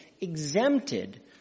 exempted